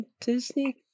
Disney